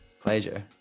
pleasure